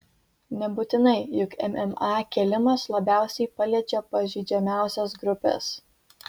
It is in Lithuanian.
nebūtinai juk mma kėlimas labiausiai paliečia pažeidžiamiausias grupes